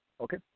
Okay